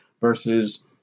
versus